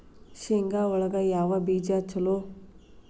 ಶೇಂಗಾ ಒಳಗ ಯಾವ ಬೇಜ ಛಲೋ?